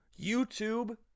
youtube